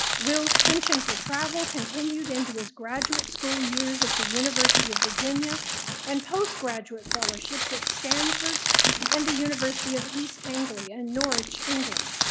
will's pension for travel continued into his graduate school years at the university of virginia and postgraduate fellowships at stanford and the university of east anglia in norwich, england.